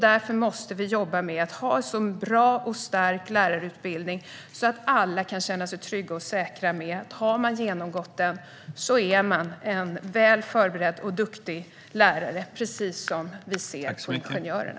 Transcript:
Därför måste vi jobba för en så bra och stark lärarutbildning att alla kan känna sig trygga och säkra med att om man har genomgått den är man väl förberedd och duktig i sitt yrke - precis som när det gäller ingenjörerna.